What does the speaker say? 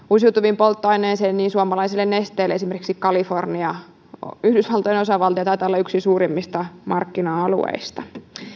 uusiutuviin polttoaineisiin niin suomalaiselle nesteelle esimerkiksi kalifornia yhdysvaltojen osavaltio taitaa olla yksi suurimmista markkina alueista